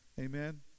Amen